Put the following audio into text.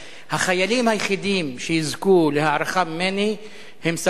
החיילים היחידים שיזכו להערכה ממני הם סרבני מצפון.